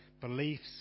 beliefs